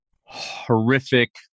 horrific